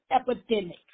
epidemic